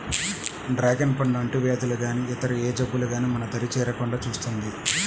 dragon పండు అంటువ్యాధులు గానీ ఇతర ఏ జబ్బులు గానీ మన దరి చేరకుండా చూస్తుంది